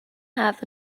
have